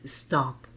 stop